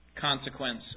consequence